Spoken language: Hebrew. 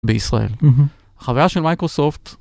בישראל החוויה של מייקרוסופט.